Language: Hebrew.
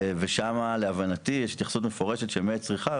ושמה להבנתי יש התייחסות מפורשת שאומרת שמי צריכה,